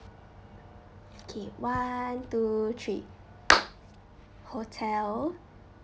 okay one two three hotel